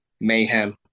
mayhem